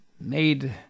made